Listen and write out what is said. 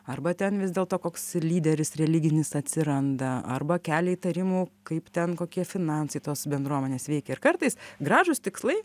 arba ten vis dėlto koks lyderis religinis atsiranda arba kelia įtarimų kaip ten kokie finansai tos bendruomenės veikia ir kartais gražūs tikslai